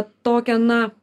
tokią na